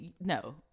no